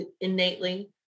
innately